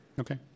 okay